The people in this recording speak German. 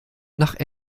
nach